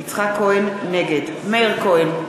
נגד מאיר כהן,